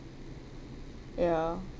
ya